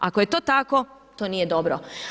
Ako je to tako to nije dobro.